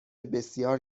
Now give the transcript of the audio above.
بسیار